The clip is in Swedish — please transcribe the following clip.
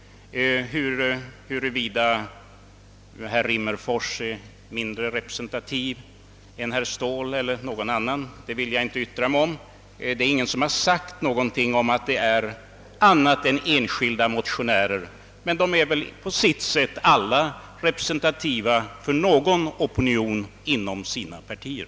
Huruvida herr Rimmerfors är mindre representativ än herr Ståhl eller någon annan vill jag inte uttala mig om. Det är ingen som har sagt att det är annat än enskilda motionärer, men de är väl på sitt sätt alla representativa för någon opinion inom sina partier.